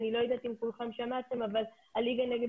אני לא יודעת אם כולכם שמעתם אבל הליגה נגד